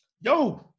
Yo